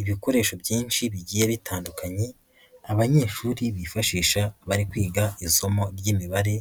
Ibikoresho byinshi bigiye bitandukanye, abanyeshuri bifashisha bari kwiga isomo ry'Imibare